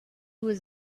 was